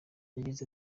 yagize